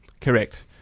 Correct